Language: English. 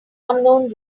unknown